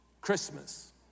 Christmas